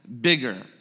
bigger